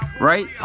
right